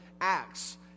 acts